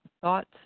thoughts